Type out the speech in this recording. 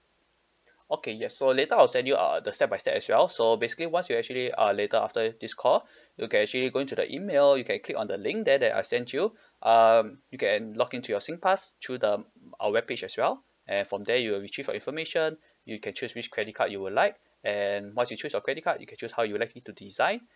okay yes so later I'll send you uh the step by step as well so basically once you actually uh later after this call you can actually go in to the email you can click on the link there that I sent you um you can login to your Singpass though the our web page as well and from there you will retrieve your information you can choose which credit card you will like and once you choose your credit card you can choose how you'll like it to design